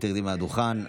שתרדי מהדוכן.